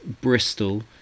Bristol